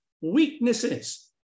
weaknesses